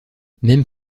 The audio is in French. même